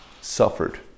suffered